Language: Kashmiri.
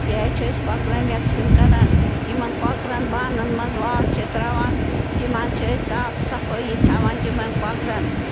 بیٚیہِ حظ چھِ أسۍ کۄکرَن وٮ۪کسیٖن کران یِمَن کۄکرَن بانَن منٛز واٹھ چھِ ترٛاوان تِم حظ چھِ أسۍ صاف صفٲیی تھاوان تِمَن کۄکرَن